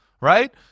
Right